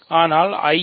ஆனால் I என்ன